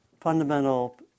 fundamental